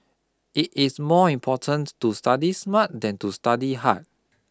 it is more important to study smart than to study hard